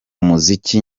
muziki